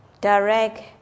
direct